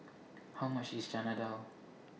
How much IS Chana Dal